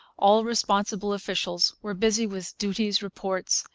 all responsible officials were busy with duties, reports,